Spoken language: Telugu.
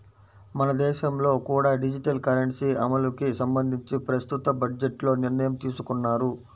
మన దేశంలో కూడా డిజిటల్ కరెన్సీ అమలుకి సంబంధించి ప్రస్తుత బడ్జెట్లో నిర్ణయం తీసుకున్నారు